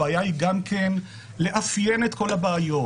הבעיה היא גם כן לאפיין את כל הבעיות.